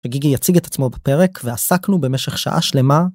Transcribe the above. וגיגי יציג את עצמו בפרק, ועסקנו במשך שעה שלמה,